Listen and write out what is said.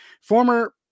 Former